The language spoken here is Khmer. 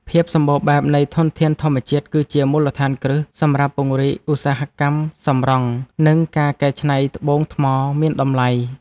ភាពសម្បូរបែបនៃធនធានធម្មជាតិគឺជាមូលដ្ឋានគ្រឹះសម្រាប់ពង្រីកឧស្សាហកម្មសម្រង់ និងការកែច្នៃត្បូងថ្មមានតម្លៃ។